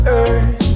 earth